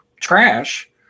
trash